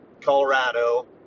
colorado